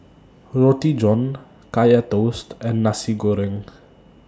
Roti John Kaya Toast and Nasi Goreng